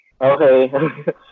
Okay